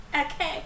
Okay